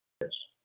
Yes